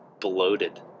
Bloated